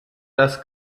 das